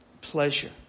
pleasure